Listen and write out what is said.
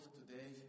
today